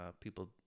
people